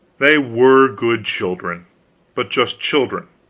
they were good children but just children,